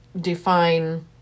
define